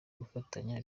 gufatanya